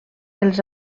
els